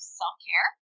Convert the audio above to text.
self-care